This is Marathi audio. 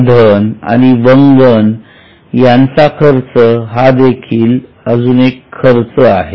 इंधन आणि वंगण यांचा खर्च हा देखील अजून एक खर्च आहे